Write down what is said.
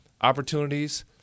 opportunities